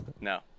No